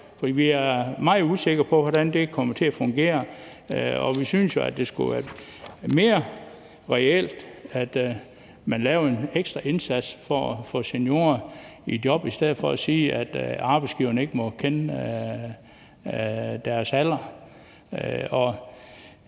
vi er meget usikre på, hvordan det kommer til at fungere, og vi synes, at det ville være mere reelt, at man lavede en ekstra indsats for at få seniorer i job i stedet for at sige, at arbejdsgiveren ikke må kende ansøgerens alder.